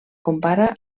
compara